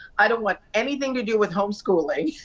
i don't want anything to do with home schooling,